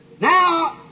now